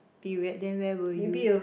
period then where will you